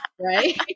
right